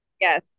yes